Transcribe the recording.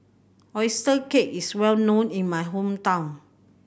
oyster cake is well known in my hometown